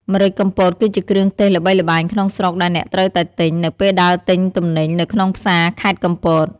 ម្រេចកំពតគឺជាគ្រឿងទេសល្បីល្បាយក្នុងស្រុកដែលអ្នកត្រូវតែទិញ នៅពេលដើរទិញទំនិញនៅក្នុងផ្សារខេត្តកំពត។